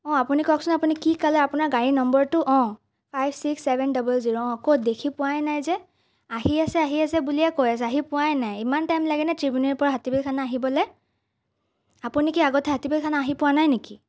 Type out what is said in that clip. অঁ আপুনি কওকচোন আপুনি কি ক'লে আপোনাৰ গাড়ীৰ নম্বৰটো অ five six seven double zero অঁ ক'ত দেখি পোৱাই নাই যে আহি আছে আহি আছে বুলিয়ে কৈ আছে আহি পোৱাই নাই ইমান টাইম লাগেনে ত্ৰিবেনীৰ পৰা হাতীবাৰী থানা আহিবলে আপুনি কি আগতে হাতীবাৰী থানা আহি পোৱা নাই নেকি